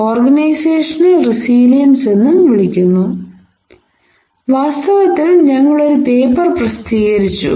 organisational resilience എന്ന് വിളിക്കപ്പെടുന്നു വാസ്തവത്തിൽ ഞങ്ങൾ ഒരു പേപ്പർ പ്രസിദ്ധീകരിച്ചു